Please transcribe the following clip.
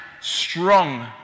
strong